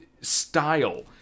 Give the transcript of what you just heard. style